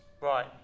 Right